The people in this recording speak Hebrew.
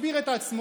הסביר את עצמו,